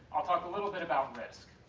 i'll talk a little bit about risk.